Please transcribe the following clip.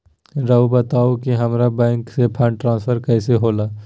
राउआ बताओ कि हामारा बैंक से फंड ट्रांसफर कैसे होला?